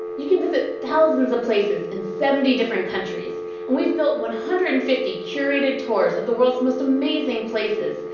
you can visit thousands of places in seventy different countries. and we've built one hundred and fifty curated tours of the world's most amazing places,